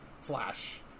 Flash